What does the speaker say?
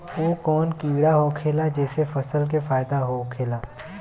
उ कौन कीड़ा होखेला जेसे फसल के फ़ायदा होखे ला?